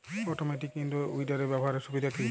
Automatic in row উইডারের ব্যবহারের সুবিধা কি?